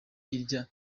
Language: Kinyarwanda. irya